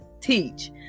teach